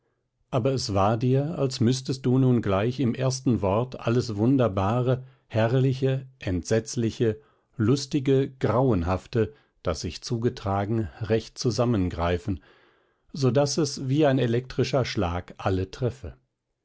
aber es war dir als müßtest du nun gleich im ersten wort alles wunderbare herrliche entsetzliche lustige grauenhafte das sich zugetragen recht zusammengreifen so daß es wie ein elektrischer schlag alle treffe